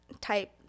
type